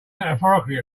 metaphorically